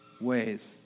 ways